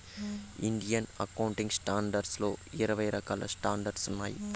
Indian accounting standards లో ఇరవై రకాల స్టాండర్డ్స్ ఉన్నాయి